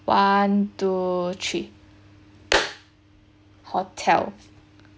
one two three hotel